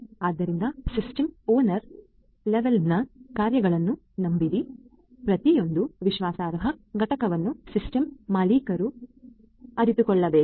ಆದ್ದರಿಂದ system owner level ನ ಕಾರ್ಯಗಳನ್ನು ನಂಬಿರಿ ಪ್ರತಿಯೊಂದು ವಿಶ್ವಾಸಾರ್ಹ ಘಟಕವನ್ನು ಸಿಸ್ಟಮ್ ಮಾಲೀಕರು ಅರಿತುಕೊಳ್ಳಬೇಕು